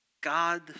God